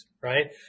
right